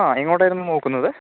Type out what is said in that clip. ആ എങ്ങോട്ടായിരുന്നു നോക്കുന്നത്